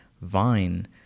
Vine